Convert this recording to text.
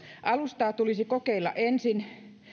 alustaa tulisi kokeilla ensin